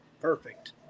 perfect